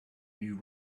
new